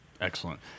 Excellent